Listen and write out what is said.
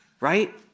right